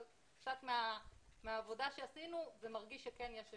אבל מהעבודה שעשינו זה מרגיש שכן יש איזושהי